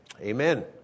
Amen